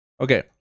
Okay